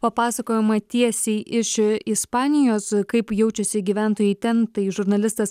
papasakojimą tiesiai iš ispanijos kaip jaučiasi gyventojai ten tai žurnalistas